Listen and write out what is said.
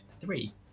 three